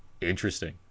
Interesting